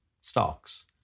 stocks